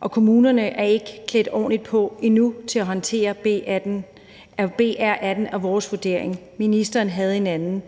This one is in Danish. og kommunerne er ikke klædt ordentligt på endnu til at håndtere BR18 – det er vores vurdering, ministeren havde en anden.